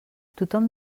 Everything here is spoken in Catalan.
tothom